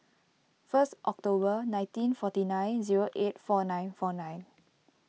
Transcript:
first October nineteen forty nine zero eight four nine four nine